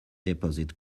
deposit